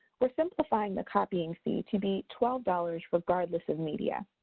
we're simplifying the copying fee to be twelve dollars regardless of media.